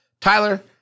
Tyler